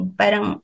parang